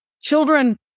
Children